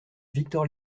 victor